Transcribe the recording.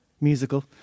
musical